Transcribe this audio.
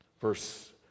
Verse